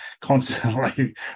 constantly